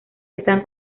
están